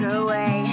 away